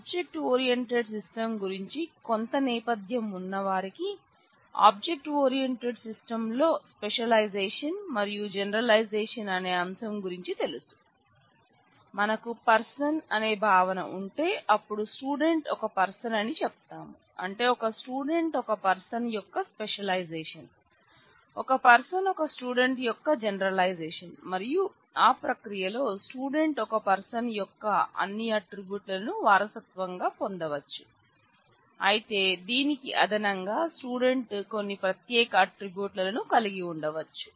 object oriented system లను వారసత్వంగా పొందవచ్చు అయితే దీనికి అదనంగా స్టూడెంట్ కొన్ని ప్రత్యేక అట్ట్రిబ్యూట్స్ లను కలిగి ఉండవచ్చు